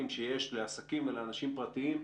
לא בבתי חולים ממשלתיים,